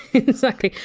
exactly.